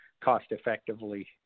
cost-effectively